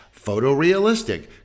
photorealistic